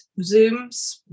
zooms